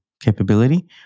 capability